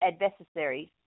Adversaries